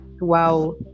wow